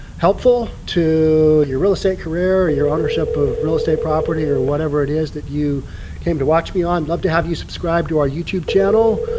helpful to your real estate career, your ownership of real estate property or whatever it is that you came to watch me on love to have you subscribe to our youtube channel.